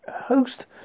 host